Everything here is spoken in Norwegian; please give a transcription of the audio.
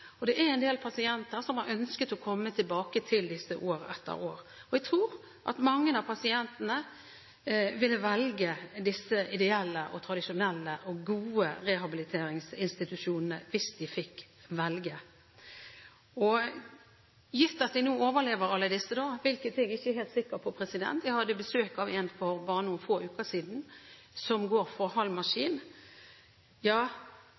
Det er en del pasienter som har ønsket å komme tilbake til disse år etter år. Jeg tror at mange av pasientene ville velge disse ideelle, tradisjonelle og gode rehabiliteringsinstitusjonene hvis de fikk velge. Gitt at de nå overlever, alle disse, hvilket jeg ikke er sikker på – jeg hadde besøk fra en for bare noen få uker siden som går for